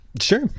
Sure